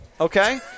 okay